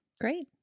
Great